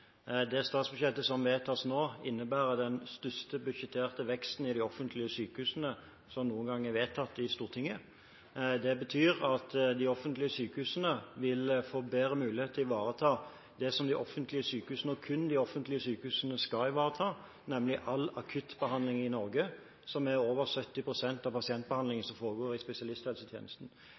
det. Det statsbudsjettet som er vedtatt nå, innebærer den største budsjetterte veksten i de offentlige sykehusene som noen gang er vedtatt i Stortinget. Det betyr at de offentlige sykehusene vil få bedre mulighet til å ivareta det som de offentlige sykehusene, og kun de offentlige sykehusene, skal ivareta, nemlig all akuttbehandling i Norge, som er over 70 pst. av pasientbehandlingen som foregår i spesialisthelsetjenesten.